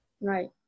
right